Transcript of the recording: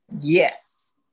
Yes